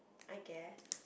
I guess